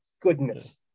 goodness